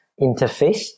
interface